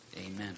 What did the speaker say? Amen